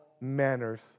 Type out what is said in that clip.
manners